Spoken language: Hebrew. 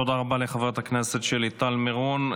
תודה רבה לחברת הכנסת שלי טל מירון.